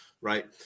right